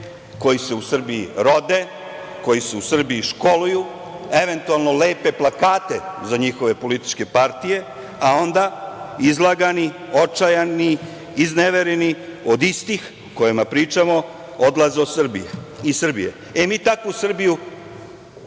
koji se u Srbiji rode, koji se u Srbiji školuju, eventualno, lepe plakate za njihove političke partije, a onda izlagani, očajni, iznevereni od istih, o kojima pričamo, odlaze iz Srbije. Mi takvu Srbiju